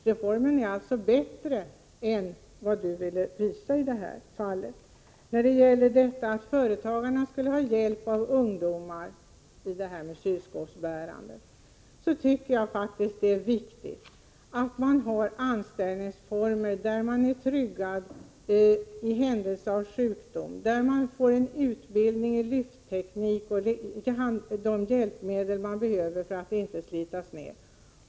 Reformen är alltså bättre än vad Bengt Wittbom ville visa med detta fall. När det gäller tanken att företagare skulle ha hjälp av ungdomar i fråga om kylskåpsbärande, vill jag framhålla hur viktigt det är att man har anställningsformer där man är tryggad i händelse av sjukdom, där man får en utbildning i lyftteknik och liknande och där man får tillgång till de hjälpmedel man behöver för att inte slitas ned.